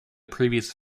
previous